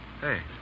Hey